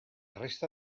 resta